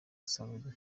dusanzwe